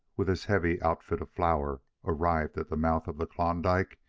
with his heavy outfit of flour, arrived at the mouth of the klondike,